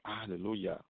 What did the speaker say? Hallelujah